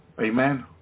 Amen